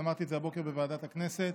אמרתי את זה הבוקר בוועדת הכנסת.